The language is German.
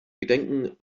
gedenken